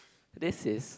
this is